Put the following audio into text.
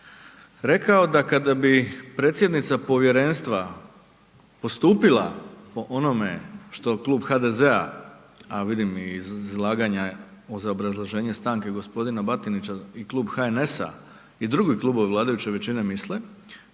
rekao da kada bi predsjednica povjerenstva postupila po onome što Klub HDZ-a, a vidim i iz izlaganja uz obrazloženje stanke g. Batinića i Klub HNS-a i drugi klubovi vladajuće većine misle,